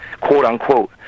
quote-unquote